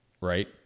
Right